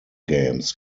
games